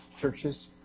churches